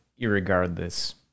irregardless